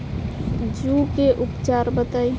जूं के उपचार बताई?